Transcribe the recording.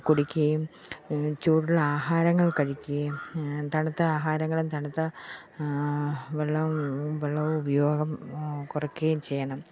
കുടിക്കുകയും ചൂടുള്ള ആഹാരങ്ങൾ കഴിക്കുകയും തണുത്ത ആഹാരങ്ങളും തണുത്ത വെള്ളം വെള്ളവും ഉപയോഗം കുറയ്ക്കുകയും ചെയ്യണം